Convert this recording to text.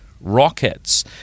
rockets